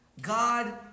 God